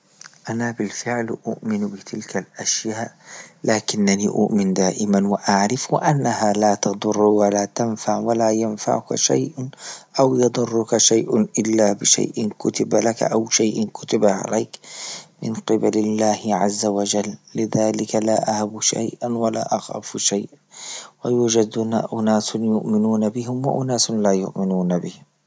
أنا بالفعل أؤمن بتلك لأشياء لكنني أؤمن دائما وأعرف أنها لا تضر ولا تنفع ولا ينفعك شيء أو يضرك شيء إلا بشيء كتب لك أو شيء كتب عليك من قبل الله عز وجل، لذلك لا أهب ولا أخاف شيئا، ويوجد هنا أناس يؤمنون بهم وأناس لا يؤمنون بهم.